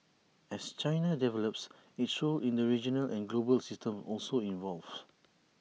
as China develops its role in the regional and global system also evolves